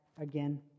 again